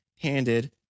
handed